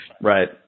Right